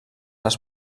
les